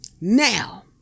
now